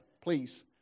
please